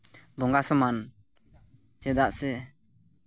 ᱵᱚᱸᱜᱟ ᱥᱚᱢᱟᱱ ᱪᱮᱫᱟᱜ ᱥᱮ